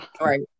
Right